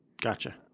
Gotcha